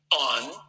on